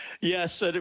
Yes